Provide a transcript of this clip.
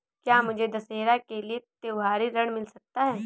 क्या मुझे दशहरा के लिए त्योहारी ऋण मिल सकता है?